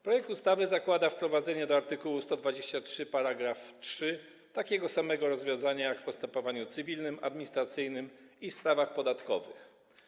Projekt ustawy zakłada wprowadzenie do art. 123 § 3 takiego samego rozwiązania jak w postępowaniu cywilnym, administracyjnym i w sprawach podatkowych.